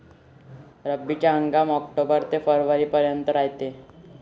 रब्बीचा हंगाम आक्टोबर ते फरवरीपर्यंत रायते